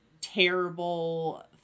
terrible